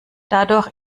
dadurch